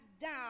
down